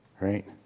right